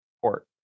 port